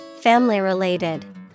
Family-related